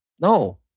No